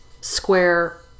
square